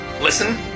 listen